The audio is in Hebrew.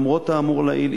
לשאלות 2 3: למרות האמור לעיל,